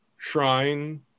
shrine